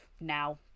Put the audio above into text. now